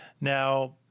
Now